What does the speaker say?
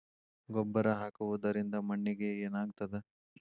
ಗೊಬ್ಬರ ಹಾಕುವುದರಿಂದ ಮಣ್ಣಿಗೆ ಏನಾಗ್ತದ?